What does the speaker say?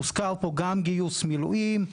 הוזכר כאן גם גיוס מילואים.